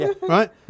right